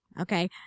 okay